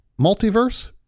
multiverse